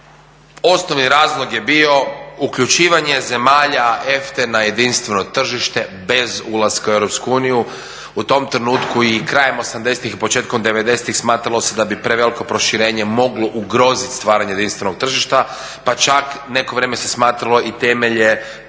osnovni razlog je bio uključivanje zemalja EFT-e na jedinstveno tržište bez ulaska u EU, u tom trenutku i krajem 80-ih i početkom 90-ih smatralo se da bi preveliko proširenje moglo ugroziti stvaranje jedinstvenog tržišta pa čak neko vrijeme se smatralo i temelje